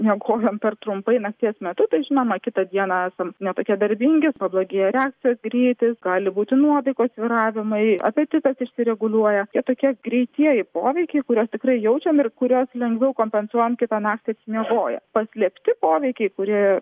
miegojom per trumpai nakties metu tai žinoma kitą dieną esam ne tokie darbingi pablogėja reakcijos greitis gali būti nuotaikos svyravimai apetitas išsireguliuoja jie tokie greitieji poveikiai kuriuos tikrai jaučiam ir kuriuos lengviau kompensuojam kitą naktį atsimiegoję paslėpti poveikiai kurie